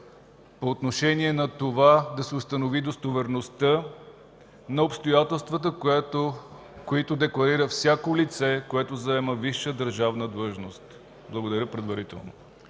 по отношение на това да се установи достоверността на обстоятелствата, които декларира всяко лице, което заема висша държавна длъжност? Благодаря предварително.